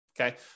Okay